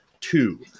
two